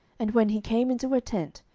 and when he came into her tent,